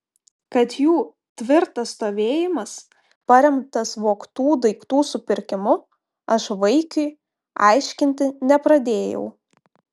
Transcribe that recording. kad jų tvirtas stovėjimas paremtas vogtų daiktų supirkimu aš vaikiui aiškinti nepradėjau